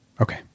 Okay